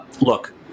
Look